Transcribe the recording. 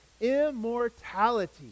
immortality